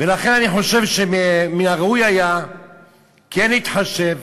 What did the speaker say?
ולכן אני חושב שמן הראוי היה כן להתחשב,